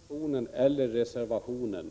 Fru talman! Varken i motionen eller i reservationen